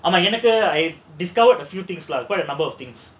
ஆமா எனக்கு:aamaa enakku I discovered a few things lah quite a number of things